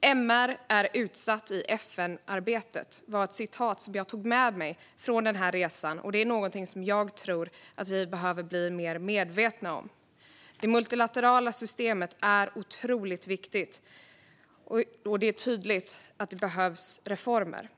De mänskliga rättigheterna är utsatta i FN-arbetet - det är ett citat jag tog med mig från resan och någonting jag tror att vi behöver bli mer medvetna om. Det multilaterala systemet är otroligt viktigt, och det är tydligt att det behövs reformer.